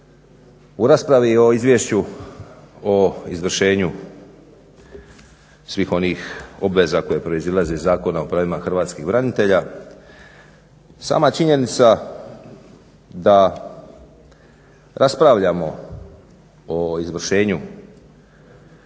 U raspravi o izvješću o izvršenju svih onih obaveza koje proizlaze iz Zakona o pravima hrvatskih branitelja. Sama činjenica da raspravljamo o izvršenju